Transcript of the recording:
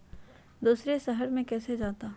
दूसरे शहर मे कैसे जाता?